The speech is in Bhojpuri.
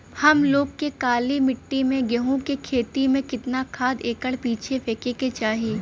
हम लोग के काली मिट्टी में गेहूँ के खेती में कितना खाद एकड़ पीछे फेके के चाही?